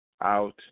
out